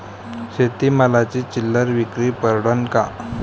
शेती मालाची चिल्लर विक्री परवडन का?